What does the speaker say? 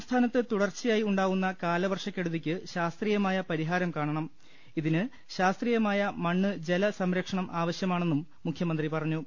സംസ്ഥാനത്ത് തുടർച്ചയായി ഉണ്ടാകുന്ന കാലവർഷ ക്കെടുതിയ്ക്ക് ശാസ്ത്രീയമായ പരിഹാരം കാണണം ഇതിന് ശാസത്രീയമായ മണ്ണ്ട ജല സംരക്ഷണം ആവശ്യമാണെന്നും മുഖ്യമന്ത്രി പറഞ്ഞു